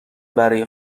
برای